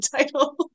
title